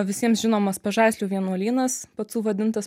visiems žinomas pažaislio vienuolynas pacų vadintas